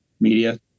media